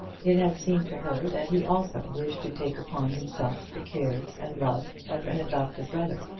it had seemed to her that he also wished to take upon himself the cares and love of an adopted brother.